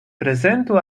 prezentu